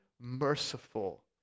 merciful